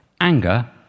Anger